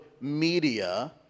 media